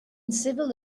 civil